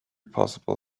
possible